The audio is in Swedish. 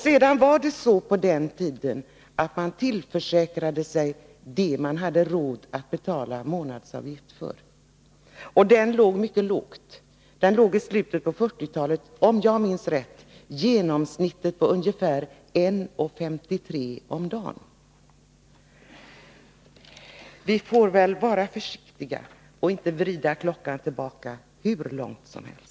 Det var också så på den tiden att man tillförsäkrade sig det som man hade råd att betala månadsavgift för. Beloppet var mycket lågt — det låg i slutet på 1940-talet, om jag minns rätt, genomsnittligt på 1,53 kr. om dagen. Vi får väl vara försiktiga och inte vrida klockan tillbaka hur långt som helst.